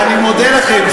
אני מודה לכם.